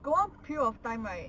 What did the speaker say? got one period of time right